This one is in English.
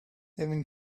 even